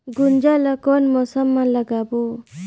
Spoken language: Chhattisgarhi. गुनजा ला कोन मौसम मा लगाबो?